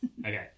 okay